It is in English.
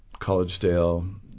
Collegedale